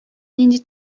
нинди